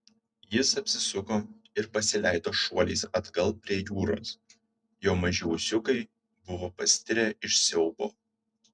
jis apsisuko ir pasileido šuoliais atgal prie jūros jo maži ūsiukai buvo pastirę iš siaubo